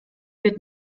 wird